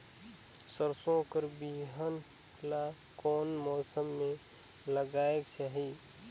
सरसो कर बिहान ला कोन मौसम मे लगायेक चाही?